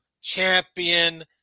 champion